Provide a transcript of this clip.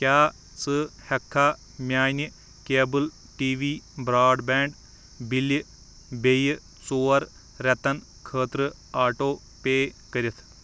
کیٛاہ ژٕ ہٮ۪کہٕ کھا میٛانہِ cable T V broadband بِلہٕ بیٚیہِ ژور رٮ۪تن خٲطرٕ آٹو پیٚے کٔرِتھ